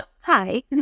Hi